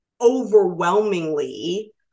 overwhelmingly